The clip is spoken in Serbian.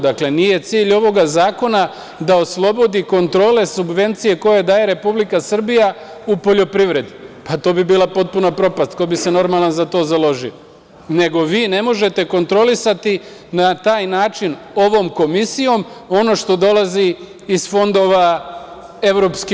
Dakle, nije cilj ovoga zakona da oslobodi kontrole subvencije koje daje Republika Srbija u poljoprivredi, pa to bi bila potpuna propast, ko bi se normalan za to založio, nego vi ne možete kontrolisati na taj način ovom komisijom ono što dolazi iz fondova EU.